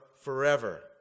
forever